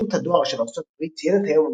שירות הדואר של ארצות הברית ציין את "היום המושלג"